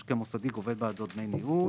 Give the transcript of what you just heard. שהמשקיע המוסדי גובה בעדו דמי ניהול